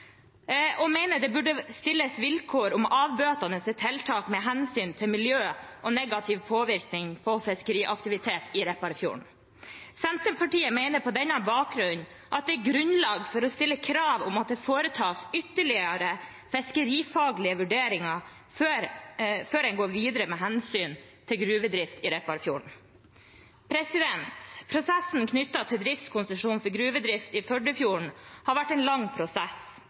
og mener det burde stilles vilkår om avbøtende tiltak med hensyn til miljøet og negativ påvirkning på fiskeriaktiviteten i Repparfjorden. Senterpartiet mener på denne bakgrunn det er grunnlag for å stille krav om at ytterligere fiskerifaglige vurderinger foretas, før en går videre med hensyn til gruvedrift i Repparfjorden. Prosessen knyttet til driftskonsesjon for gruvedrift i Førdefjorden har vært lang.